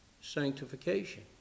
sanctification